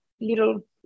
little